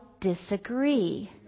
disagree